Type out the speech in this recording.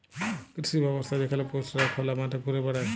কৃষি ব্যবস্থা যেখালে পশুরা খলা মাঠে ঘুরে বেড়ায়